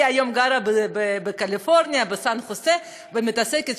היום היא גרה בסן-חוזה בקליפורניה ועוסקת